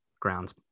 grounds